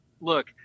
look